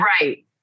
Right